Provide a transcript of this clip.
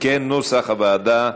כנוסח הוועדה.